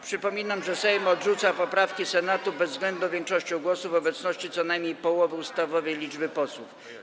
Przypominam, że Sejm odrzuca poprawki Senatu bezwzględną większością głosów w obecności co najmniej połowy ustawowej liczby posłów.